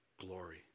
glory